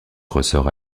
ressorts